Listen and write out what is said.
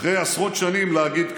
אחרי עשרות שנים, להגיד כאן.